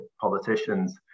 politicians